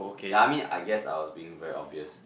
ya I mean I guess I was being very obvious